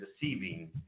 deceiving